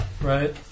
right